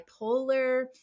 bipolar